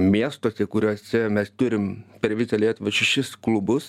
miestuose kuriuose mes turim per visą lietuvą šešis klubus